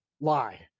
lie